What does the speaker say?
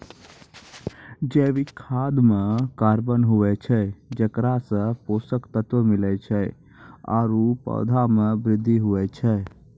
जैविक खाद म कार्बन होय छै जेकरा सें पोषक तत्व मिलै छै आरु पौधा म वृद्धि होय छै